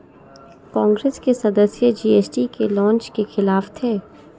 कांग्रेस के सदस्य जी.एस.टी के लॉन्च के खिलाफ थे